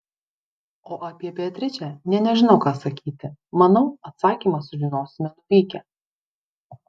o apie beatričę nė nežinau ką sakyti manau atsakymą sužinosime nuvykę